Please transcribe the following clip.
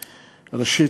ראשית,